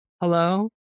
Hello